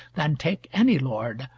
than take any lord,